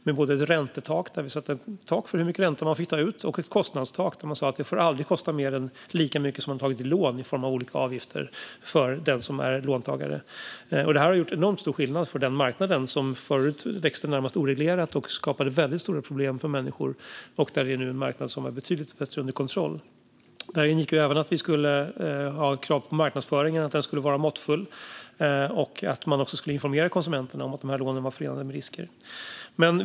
Vi införde ett tak för hur mycket ränta man fick ta ut och ett kostnadstak som innebar att det aldrig får kosta mer, i form av olika avgifter, för den som är låntagare än lika mycket som man har tagit i lån. Detta har gjort enormt stor skillnad för den marknad som förut växte närmast oreglerat och skapade väldigt stora problem för människor. Det är nu en marknad som är under betydligt bättre kontroll. I det här ingick även att vi ställde krav på marknadsföringen, som skulle vara måttfull. Man skulle informera konsumenterna om att lånen var förenade med risker.